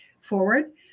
forward